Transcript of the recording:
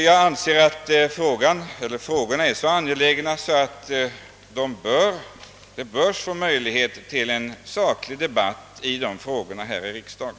Jag anser att dessa frågor är så angelägna, att vi bör få möjlighet till en saklig debatt om dem i riksdagen.